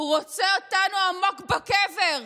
הוא רוצה אותנו עמוק בקבר,